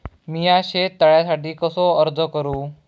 मीया शेत तळ्यासाठी कसो अर्ज करू?